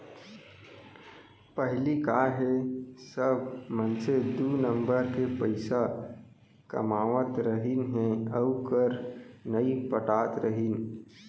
पहिली का हे सब मनसे दू नंबर के पइसा कमावत रहिन हे अउ कर नइ पटात रहिन